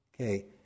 Okay